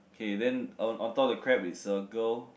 okay then on on top the crab is circle